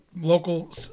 local